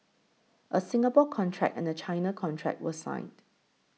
a Singapore contract and a China contract were signed